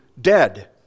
dead